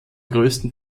größten